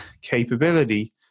capability